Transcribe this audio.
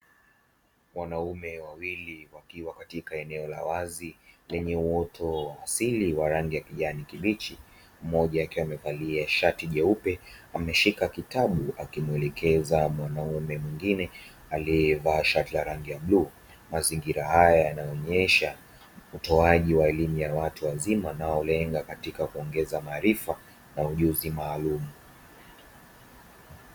Wanaume wawili wakiwa katika eneo la wazi lenye uoto wa asili wa rangi ya kijani kibichi mmoja akiwa amevalia shati jeupe ameshika kitabu akimuelekeza mwanaume mwingine aliyevaa shati la rangi ya bluu. Mazingira haya yanaonyesha utoaji wa elimu ya watu wazima unaolenga katika kuongeza maarifa na ujuzi maalumu.